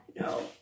No